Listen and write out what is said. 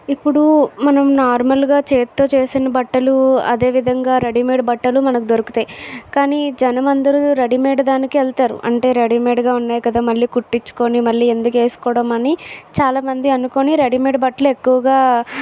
ఇప్పుడు మనం నార్మల్గా చేతితో చేసిన బట్టలు అదేవిధంగా రెడీమేట్ బట్టలు మనకి దొరుకుతాయి కానీ జనం అందరు రెడీమేడ్ దానికి వెళ్తారు అంటే రెడీమేడ్గా ఉన్నాయి కదా మళ్ళీ కుట్టిచ్చుకుని మళ్ళీ ఎందుకు వేసుకోవడం అని చాలామంది అనుకుని రెడీమేడ్ బట్టలు ఎక్కువగా